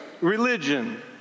religion